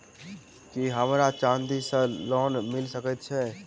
की हमरा चांदी सअ लोन मिल सकैत मे?